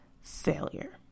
failure